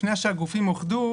לפני שהגופים אוחדו,